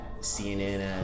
CNN